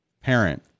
parent